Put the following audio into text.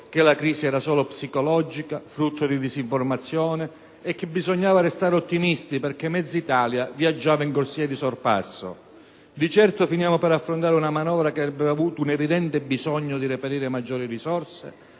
che la crisi era solo psicologica, frutto di disinformazione, e che bisognava restare ottimisti perché mezza Italia viaggiava in corsia di sorpasso. Di certo, finiamo per affrontare una manovra che avrebbe avuto un evidente bisogno di reperire maggiori risorse,